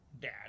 Dad